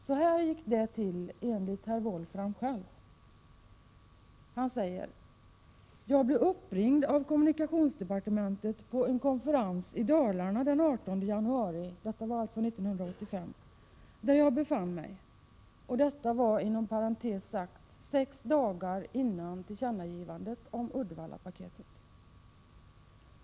Så här gick det till enligt herr Wolffram själv. Han säger: Jag blev den 18 januari 1985 uppringd av kommunikationsdepartementet på en konferens i Dalarna, där jag befann mig. - Detta var sex dagar innan tillkännagivandet om Uddevallapaketet kom.